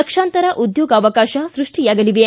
ಲಕ್ಷಾಂತರ ಉದ್ಯೋಗಾವಕಾಶ ಸೃಷ್ಷಿಯಾಗಲಿವೆ